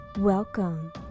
Welcome